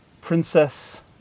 Princess